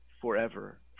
forever